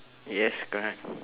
yes correct